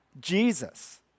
Jesus